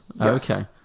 okay